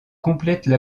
complètent